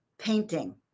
painting